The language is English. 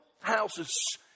houses